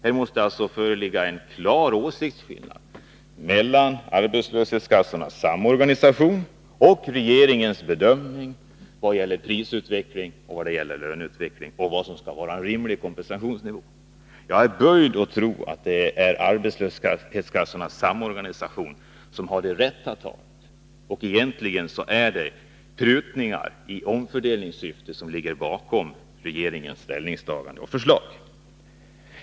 Här måste alltså föreligga en klar åsiktsskillnad mellan Arbetslöshetskassornas samorganisation och regeringens bedömning när det gäller prisutveckling och löneutveckling och vad som skall vara en rimlig kompensationsnivå. Jag är böjd att tro att det är Arbetslöshetskassornas samorganisation som har det rätta talet. Egentligen är det prutningar i omfördelningssyfte som ligger bakom regeringens ställningstagande och förslag.